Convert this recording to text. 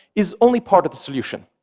is only part of the solution.